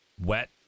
wet